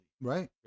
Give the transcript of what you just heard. Right